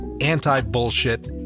anti-bullshit